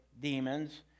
demons